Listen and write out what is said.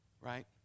Right